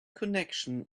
connection